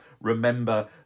remember